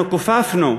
אנחנו כופפנו,